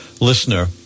listener